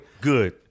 Good